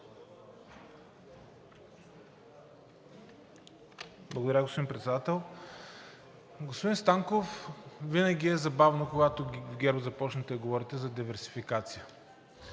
Благодаря, господин Председател. Господин Станков, винаги е забавно, когато ГЕРБ започнете да говорите за диверсификация.